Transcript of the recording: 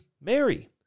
Mary